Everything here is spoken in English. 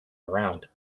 around